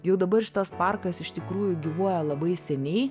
jau dabar šitas parkas iš tikrųjų gyvuoja labai seniai